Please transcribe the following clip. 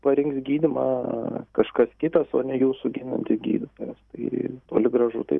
parinks gydymą kažkas kitas o ne jūsų ginanti gydytojas tai toli gražu taip